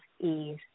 ease